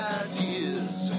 ideas